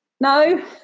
no